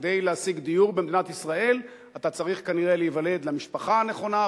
כדי להשיג דיור במדינת ישראל אתה צריך כנראה להיוולד למשפחה הנכונה,